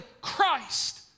Christ